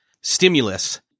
stimulus